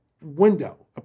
window